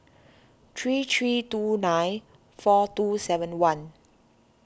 three three two nine four two seven one